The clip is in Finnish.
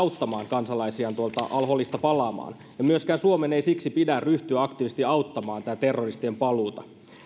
palaamaan ja myöskään suomen ei siksi pidä ryhtyä aktiivisesti auttamaan näitten terroristien paluuta